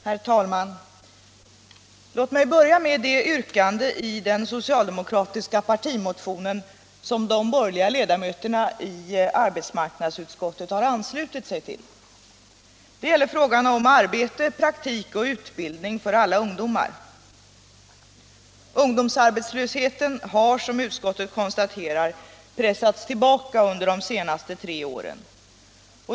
Herr talman! Låt mig börja med det yrkande i den socialdemokratiska partimotionen som de borgerliga ledamöterna i arbetsmarknadsutskottet har anslutit sig till. Det gäller frågan om ”Arbete, praktik och utbildning för alla ungdomar”. Ungdomsarbetslösheten har, som utskottet konstaterar, pressats tillbaka under de senaste tre åren.